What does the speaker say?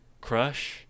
Crush